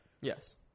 Yes